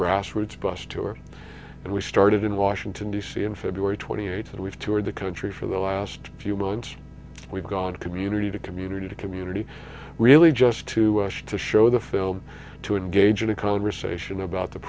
grassroots bus tour that we started in washington d c in february twenty eighth and we've toured the country for the last few months we've gone to community to community to community really just to us to show the film to engage in a conversation about the